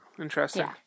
Interesting